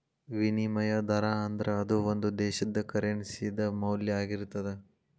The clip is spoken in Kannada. ವಿನಿಮಯ ದರಾ ಅಂದ್ರ ಅದು ಒಂದು ದೇಶದ್ದ ಕರೆನ್ಸಿ ದ ಮೌಲ್ಯ ಆಗಿರ್ತದ